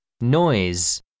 Noise